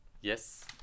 Yes